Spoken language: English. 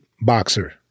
boxer